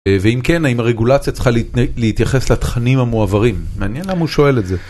ואם כן האם הרגולציה צריכה להתייחס לתכנים המועברים, מעניין למה הוא שואל את זה.